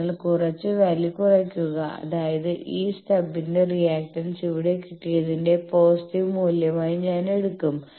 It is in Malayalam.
അതിനാൽ കുറച്ച് വാല്യൂ കുറയ്ക്കുക അതായത് ഈ സ്റ്റബ്ന്റെ റിയാക്റ്റൻസ് ഇവിടെ കിട്ടിയതിന്റെ പോസിറ്റീവ് മൂല്യമായി ഞാൻ എടുക്കും